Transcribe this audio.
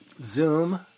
Zoom